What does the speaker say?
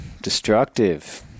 destructive